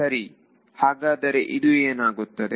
ಸರಿ ಹಾಗಾದರೆ ಇದು ಏನಾಗುತ್ತದೆ